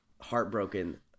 heartbroken